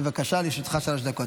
בבקשה, לרשותך שלוש דקות.